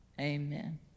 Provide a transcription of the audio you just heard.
Amen